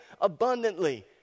abundantly